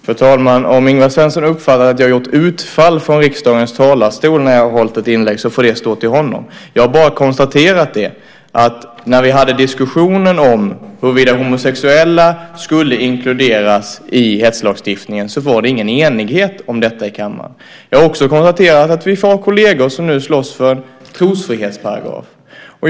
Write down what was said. Fru talman! Om Ingvar Svensson uppfattar att jag har gjort utfall från riksdagens talarstol när jag hållit ett anförande får det stå för honom. Jag bara konstaterade att när vi hade diskussionen om huruvida homosexuella skulle inkluderas i hetslagstiftningen fanns ingen enighet om detta i kammaren. Jag har också konstaterat att vi har kolleger som nu slåss för trosfrihetsparagrafen.